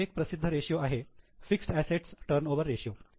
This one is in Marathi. अजून एक प्रसिद्ध रेषीयो आहे फिक्सेड असेट्स टर्नओवर रेषीयो